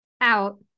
out